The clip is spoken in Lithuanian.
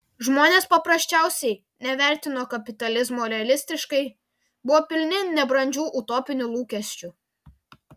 žmonės paprasčiausiai nevertino kapitalizmo realistiškai buvo pilni nebrandžių utopinių lūkesčių